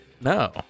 No